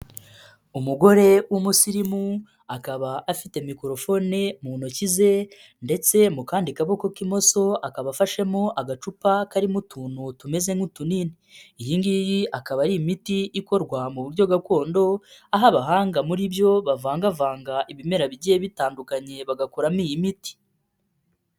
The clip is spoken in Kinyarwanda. Umugore w'umusirimu akaba afite microphone mu ntoki ze ndetse mu kandi kaboko k'imoso akaba afashemo agacupa karimo utuntu tumeze nk'utunini. Iyi ngiyi akaba ari imiti ikorwa mu buryo gakondo, aho abahanga muri byo bavangavanga ibimera bigiye bitandukanye bagakoramo iyi miti.